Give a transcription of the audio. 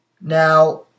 Now